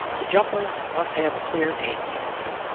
the jumper must have a clear aim before him.